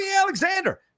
Alexander